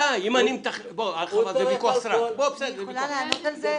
אני יכולה לענות על זה?